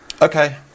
okay